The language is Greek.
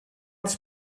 της